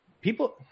people